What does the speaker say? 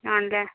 ആണല്ലേ